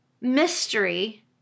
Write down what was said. mystery